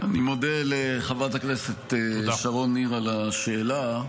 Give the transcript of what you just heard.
אני מודה לחברת הכנסת שרון ניר על השאלה.